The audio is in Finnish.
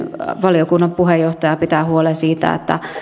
valiokunnan puheenjohtaja pitää huolen siitä että